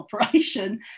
operation